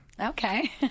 Okay